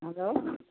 hello